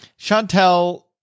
Chantel